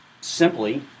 simply